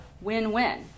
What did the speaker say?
win-win